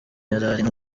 yari